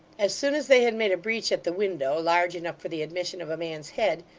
as soon as they had made a breach at the window, large enough for the admission of a man's head,